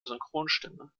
synchronstimme